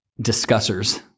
discussers